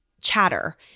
chatter